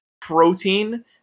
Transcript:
protein